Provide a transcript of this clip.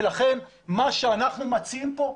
לכן מה שאנחנו מציעים כאן,